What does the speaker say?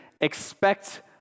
expect